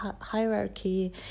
hierarchy